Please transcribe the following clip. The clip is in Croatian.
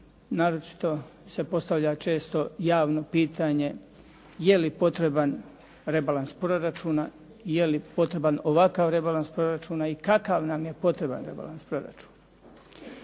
naročito se postavlja često javno pitanje je li potreban rebalans proračuna, je li potreban ovakav rebalans proračuna i kakav nam je potreban rebalans proračuna.